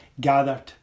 gathered